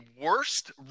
worst